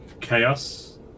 chaos